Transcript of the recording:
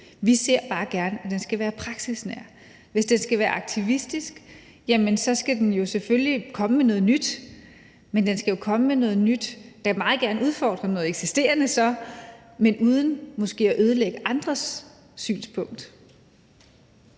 Vi ser bare gerne, at den skal være praksisnær. Hvis den skal være aktivistisk, skal den selvfølgelig komme med noget nyt, men den skal jo komme noget nyt, der så meget gerne må udfordre noget eksisterende, men uden måske at ødelægge det,